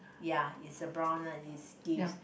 ya it's a brown one it's Give's